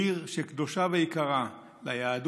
בעיר שהיא קדושה ויקרה ליהדות,